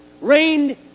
rained